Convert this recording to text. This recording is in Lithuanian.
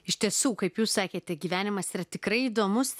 iš tiesų kaip jūs sakėte gyvenimas yra tikrai įdomus